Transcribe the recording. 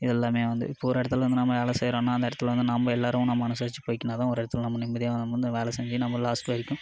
இதெல்லாமே வந்து இப்போ ஒரு இடத்துல வந்து நாம் வேலை செய்கிறோன்னா அந்த இடத்துல வந்து நம்ம எல்லோரும் நம்ம மனசாட்சி போயிட்டிருந்தா தான் ஒரு இடத்துல நம்ம நிம்மதியாக நம்ம வந்து வேலை செஞ்சு நம்ம லாஸ்ட் வரைக்கும்